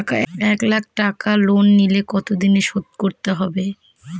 এক লাখ টাকা লোন নিলে কতদিনে শোধ করতে হবে?